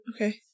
Okay